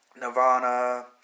Nirvana